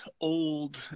old